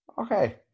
Okay